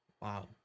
Wow